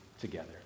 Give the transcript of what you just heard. together